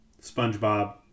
SpongeBob